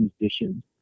musicians